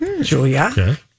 Julia